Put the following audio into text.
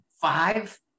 five